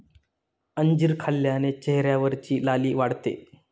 अंजीर खाल्ल्याने चेहऱ्यावरची लाली वाढते